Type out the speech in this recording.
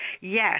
Yes